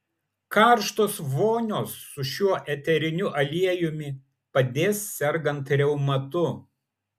karštos vonios su šiuo eteriniu aliejumi padės sergant reumatu